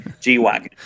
G-Wagon